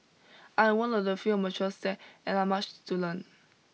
I am one of the few amateurs there and I much to learn